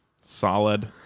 Solid